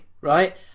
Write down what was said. right